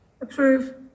Approve